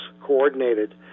coordinated